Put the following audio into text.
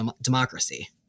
democracy